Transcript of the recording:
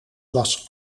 was